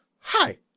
hi